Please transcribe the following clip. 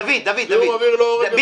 זיהום אוויר לא הורג אנשים?